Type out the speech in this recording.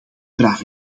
vragen